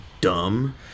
dumb